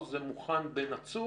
או שזה מוכן בנצור?